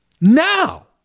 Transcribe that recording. Now